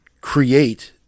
create